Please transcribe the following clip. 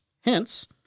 Hence